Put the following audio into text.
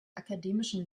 akademischen